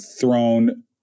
thrown